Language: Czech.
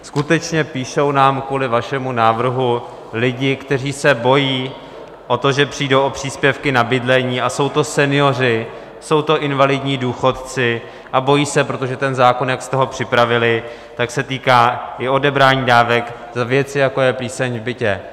Skutečně píšou nám kvůli vašemu návrhu lidi, kteří se bojí o to, že přijdou o příspěvky na bydlení, a jsou to senioři, jsou to invalidní důchodci, a bojí se, protože ten zákon, jak jste ho připravili, se týká i odebrání dávek za věci, jako je plíseň v bytě.